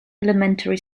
elementary